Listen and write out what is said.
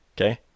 Okay